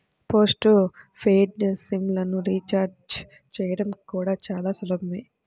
post paid SIM లను recharge చేయడం కూడా చాలా సులభమే